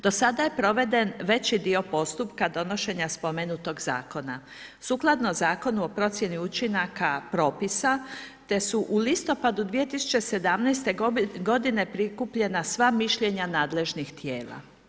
Do sada je proveden veći dio postupka donošenja spomenutog zakona sukladno zakonu o procjeno učinaka propisa te su u listopadu 2017. godine prikupljena sva mišljenja nadležnih tijela.